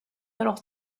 alors